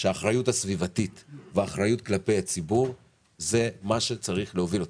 שהאחריות הסביבתית והאחריות כלפי הציבור זה מה שצריך להוביל אותה.